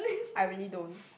I really don't